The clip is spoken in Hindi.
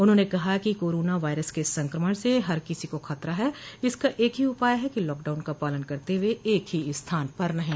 उन्होंने कहा कि कोरोना वायरस के संक्रमण से हर किसी को खतरा है इसका एक ही उपाय है कि लॉकडाउन का पालन करते हुए एक ही स्थान पर रहें